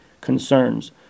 concerns